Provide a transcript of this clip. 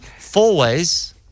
Fourways